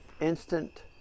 instant